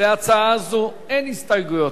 להצעה זו אין הסתייגויות.